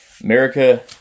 America